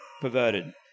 perverted